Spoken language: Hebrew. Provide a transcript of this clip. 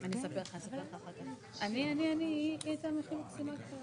אני לא צריכה להילחץ שעכשיו מחזיקים אנשים בבית והם בקפצון?